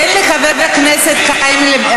תן לחבר הכנסת חיים ילין,